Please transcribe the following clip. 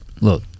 Look